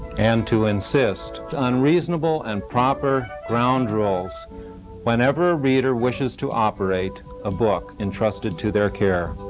and to insist on reasonable and proper ground rules whenever a reader wishes to operate a book entrusted to their care.